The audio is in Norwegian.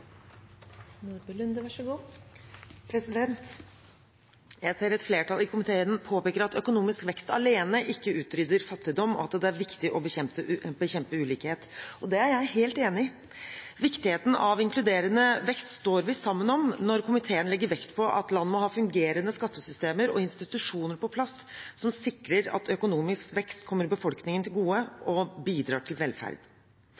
tjenester er så stor at skipets kalender er fullbooket i lang tid framover. Det viser behovet for slik konkret fiskerirettet bistand. Jeg ser at et flertall i komiteen påpeker at økonomisk vekst alene ikke utrydder fattigdom, og at det er viktig å bekjempe ulikhet. Det er jeg helt enig i. Viktigheten av inkluderende vekst står vi sammen om når komiteen legger vekt på at land må ha fungerende skattesystemer og institusjoner på plass som sikrer at